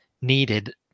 needed